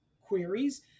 queries